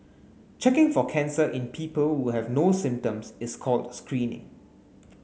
checking for cancer in people who have no symptoms is called screening